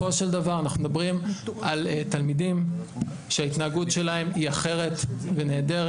בסופו של דבר אנחנו מדברים על תלמידים שההתנהגות שלהם היא אחרת ונהדרת.